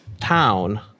town